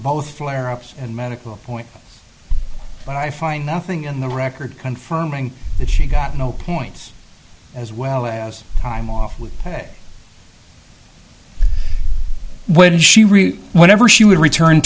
both flare ups and medical point but i find nothing in the record confirming that she got no points as well as time off with pay when she read whatever she would return